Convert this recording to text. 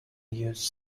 use